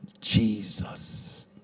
Jesus